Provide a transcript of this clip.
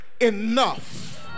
enough